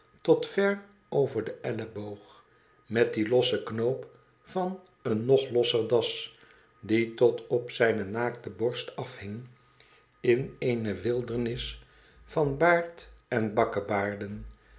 tot ver over den elleboog met dien lossen knoop van eene nog losser das die tot op zijne naakte borst afhing in eene wildernis van baard en